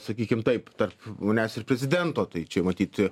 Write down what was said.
sakykim taip tarp manęs ir prezidento tai čia matyti